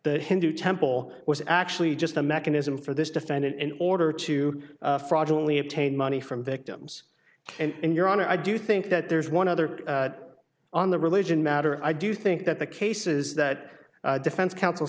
the hindu temple was actually just a mechanism for this defendant in order to fraudulently obtain money from victims and in your honor i do think that there's one other on the religion matter i do think that the cases that defense counsel